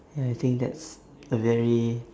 ya I think that's a very